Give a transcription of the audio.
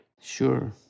Sure